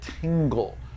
tingle